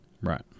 Right